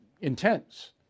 intense